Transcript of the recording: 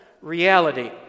reality